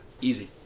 easy